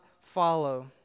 follow